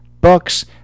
books